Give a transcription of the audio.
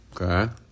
Okay